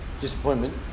Disappointment